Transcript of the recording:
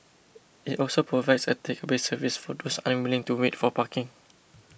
it also provides a takeaway service for those unwilling to wait for parking